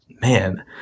man